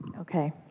Okay